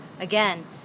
again